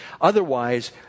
otherwise